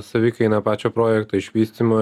savikaina pačio projekto išvystymo